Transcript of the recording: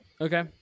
Okay